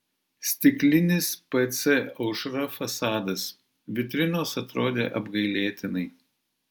stiklinis pc aušra fasadas vitrinos atrodė apgailėtinai